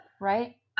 right